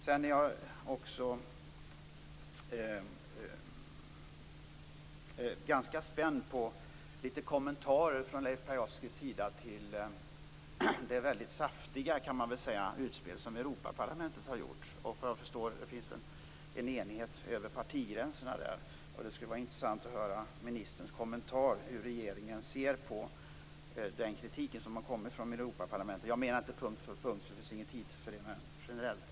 Jag är också ganska spänd på kommentarer från Leif Pagrotskys sida till det mycket saftiga utspel som Europaparlamentet har gjort. Där finns det enligt vad jag förstår en enighet över partigränserna, och det skulle vara intressant att höra hur ministern ser på den kritik som har kommit från Europaparlamentet. Jag menar inte punkt för punkt - det finns det inte tid till - men generellt.